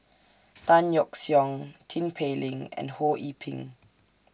Tan Yeok Seong Tin Pei Ling and Ho Yee Ping